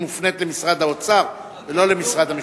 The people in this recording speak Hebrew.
מופנית למשרד האוצר ולא למשרד המשפטים.